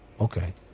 Okay